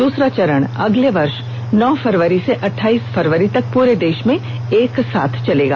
दूसरा चरण अगले वर्ष नौ फरवरी से अठाइस फरवरी तक प्ररे देश में एक साथ चलेगा